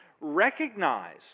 recognize